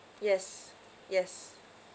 yes yes